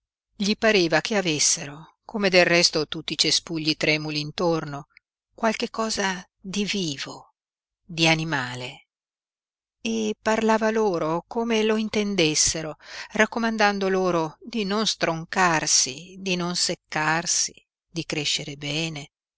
gli pareva che avessero come del resto tutti i cespugli tremuli intorno qualche cosa di vivo di animale e parlava loro come lo intendessero raccomandando loro di non stroncarsi di non seccarsi di crescere bene